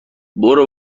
برو